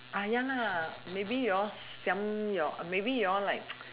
ya lah maybe you all siam your maybe you all like